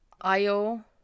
io